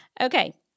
Okay